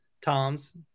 Tom's